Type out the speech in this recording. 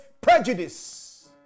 prejudice